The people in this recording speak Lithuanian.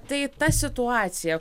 tai ta situacija